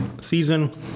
season